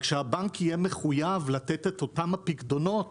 שהבנק יהיה מחויב לתת את אותם הפיקדונות